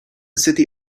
city